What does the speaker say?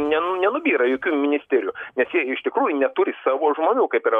ne nenubyra jokių ministerių nes jie iš tikrųjų neturi savo žmonių kaip yra